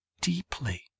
deeply